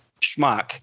schmuck